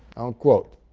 unquote.